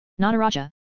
Nataraja